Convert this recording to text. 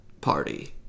party